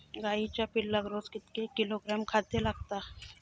गाईच्या पिल्लाक रोज कितके किलोग्रॅम खाद्य लागता?